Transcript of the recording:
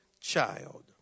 child